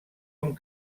amb